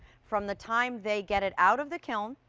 from the time they get it out of the kiln,